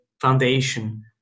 foundation